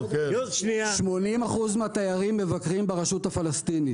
80% מהתיירים מבקרים ברשות הפלסטינית.